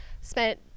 spent